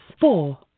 Four